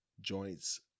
joints